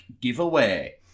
giveaway